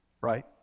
Right